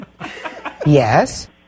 Yes